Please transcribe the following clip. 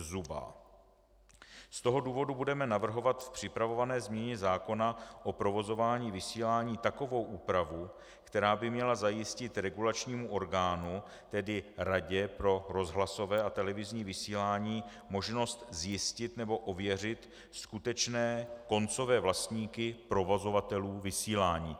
Z toho důvodu budeme navrhovat v připravované změně zákona o provozování vysílání takovou úpravu, která by měla zajistit regulačnímu orgánu, tedy Radě pro rozhlasové a televizní vysílání, možnost zjistit nebo ověřit skutečné koncové vlastníky provozovatelů vysílání.